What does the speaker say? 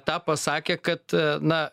tą pasakė kad na